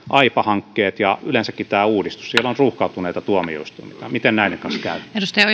aipa hankkeet ja yleensäkin tämä uudistus siellä on ruuhkautuneita tuomioistuimia miten näiden kanssa käy